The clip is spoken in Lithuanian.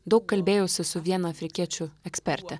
daug kalbėjausi su viena afrikiečių eksperte